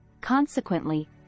Consequently